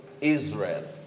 Israel